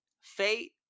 Fate